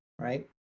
right